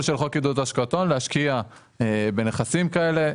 של חוק עידוד השקעות הון להשקיע בנכסים כאלה.